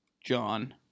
John